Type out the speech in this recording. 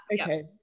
Okay